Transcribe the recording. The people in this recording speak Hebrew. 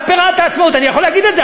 מתפרת "העצמאות" אני יכול להגיד את זה,